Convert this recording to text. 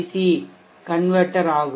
C மாற்றி ஆகும்